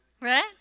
right